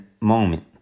moment